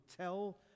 tell